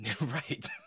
right